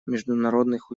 международных